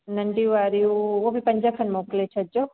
नंढी वारियूं हूअ बि पंज खण मोकिले छॾिजो